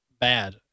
bad